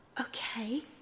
okay